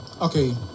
okay